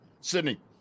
Sydney